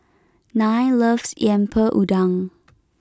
Nile loves Lemper Udang